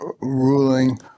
ruling